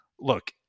look